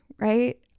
right